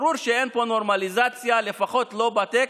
ברור שאין פה נורמליזציה, לפחות לא בטקסט,